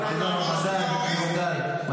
תודה רבה.